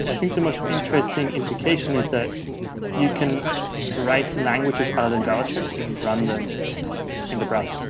and think the most interesting implication is that you can write languages other than javascript and run them in the brand,